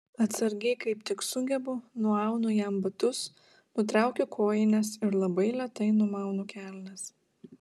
atsargiai kaip tik sugebu nuaunu jam batus nutraukiu kojines ir labai lėtai numaunu kelnes